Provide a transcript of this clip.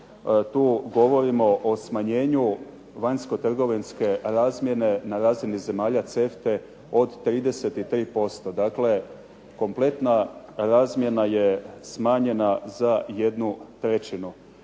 tu govorimo o smanjenju vanjskotrgovinske razmjene na razini zemalja CEFTA-a od 33%. Dakle kompletna razmjena je smanjena za jednu trećinu,